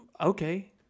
Okay